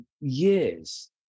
years